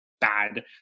bad